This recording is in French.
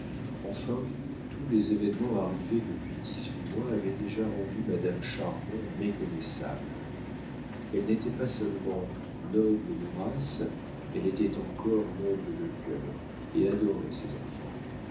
enfin tous les événements arrivés depuis dix-huit mois avaient déjà rendu madame chardon méconnaissable elle n'était pas seulement noble de race elle était encore noble de cœur et adorait ses enfants